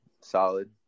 Solid